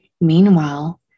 Meanwhile